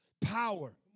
power